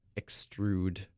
extrude